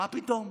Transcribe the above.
מה פתאום.